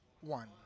one